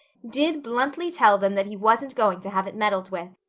did bluntly tell them that he wasn't going to have it meddled with.